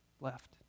left